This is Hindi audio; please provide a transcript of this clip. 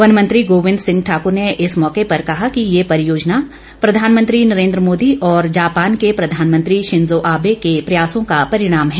वन मंत्री गोबिंद सिंह ठाक्र ने इस मौके पर कहा कि ये परियोजना प्रधानमंत्री नरेंद्र मोदी और जापान के प्रधानमंत्री शीन्जो आबे के प्रयासों का परिणाम है